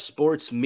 Sports